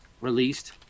released